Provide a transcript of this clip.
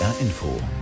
Info